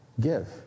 give